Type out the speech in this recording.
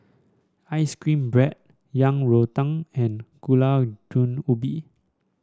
ice cream bread Yang Rou Tang and Gulai Daun Ubi